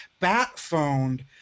Batphoned